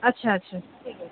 ଆଚ୍ଛା ଆଚ୍ଛା ଠିକ୍ ଅଛି